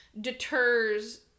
deters